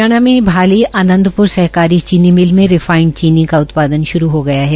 हरियाणा में भाली आनंदप्र सहकारी चीनी मिल में रिफांइंड चीनी का उतपादन शुरू हो गया है